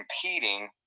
competing